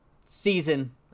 season